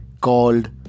called